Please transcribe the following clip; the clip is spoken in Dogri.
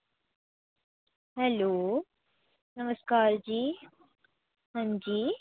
हैलो नमस्कार जी अंजी